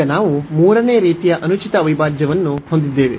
ಈಗ ನಾವು 3 ನೇ ರೀತಿಯ ಅನುಚಿತ ಅವಿಭಾಜ್ಯಗಳನ್ನು ಹೊಂದಿದ್ದೇವೆ